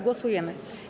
Głosujemy.